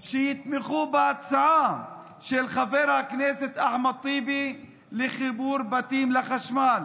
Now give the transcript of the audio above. שיתמכו בהצעה של חבר הכנסת אחמד טיבי לחיבור בתים לחשמל.